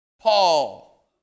Paul